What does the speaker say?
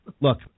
look